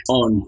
on